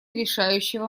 решающего